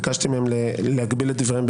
וביקשתי מהם להגביל את דבריהם,